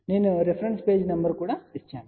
నేను reference page number కూడా ఇచ్చాను